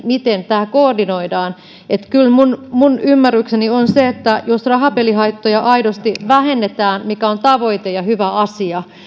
miten tämä koordinoidaan kyllä minun minun ymmärrykseni on se että jos rahapelihaittoja aidosti vähennetään mikä on tavoite ja hyvä asia